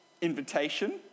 invitation